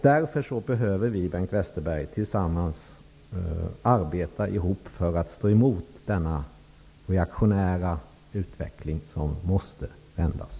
Vi behöver, Bengt Westerberg, arbeta tillsammans för att stå emot denna reaktionära utveckling, som måste vändas.